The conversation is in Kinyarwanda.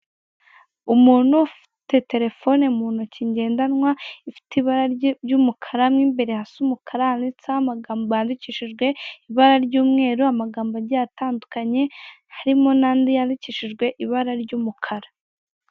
Umutu ufite terefone mu ntoki ngendanwa ifite ibara ry'umukara n'imbere hasa umukara, handitseho amagambo yandikishije ibara ry'umweru amagambo agiye atandukanye harimo n'andi yandikishijwe ibara ry'umukara.